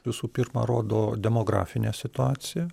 visų pirma rodo demografinę situaciją